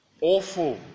Awful